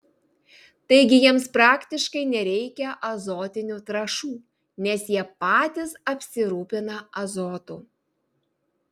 taigi jiems praktiškai nereikia azotinių trąšų nes jie patys apsirūpina azotu